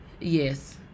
yes